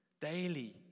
Daily